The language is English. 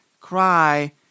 cry